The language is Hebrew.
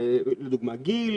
לדוגמה גיל,